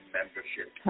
membership